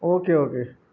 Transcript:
okay okay